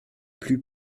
plus